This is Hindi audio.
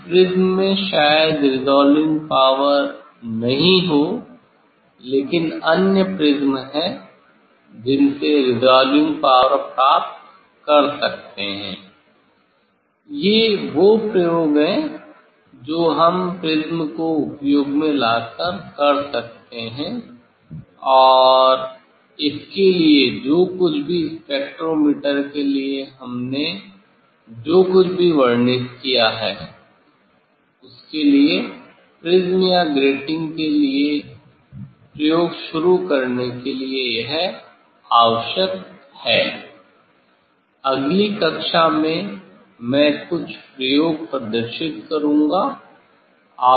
इस प्रिज्म में शायद रेसोल्विंग पावर नहीं हो लेकिन अन्य प्रिज्म हैं जिनसे रेसोल्विंग पावर कर सकते हैं ये वो प्रयोग हैं जो हम प्रिज़्म को उपयोग में लाकर कर सकते हैं और उसके लिए जो कुछ भी स्पेक्ट्रोमीटर के लिए हमने जो कुछ भी वर्णित किया है उसके लिए प्रिज़्म या ग्रेटिंग के लिए प्रयोग शुरू करने के लिए यह शर्त आवश्यक है अगली कक्षा में मैं कुछ प्रयोग प्रदर्शित करूँगा